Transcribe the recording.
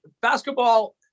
Basketball